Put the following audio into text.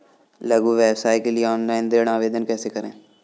लघु व्यवसाय के लिए ऑनलाइन ऋण आवेदन कैसे करें?